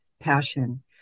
passion